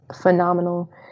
phenomenal